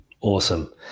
awesome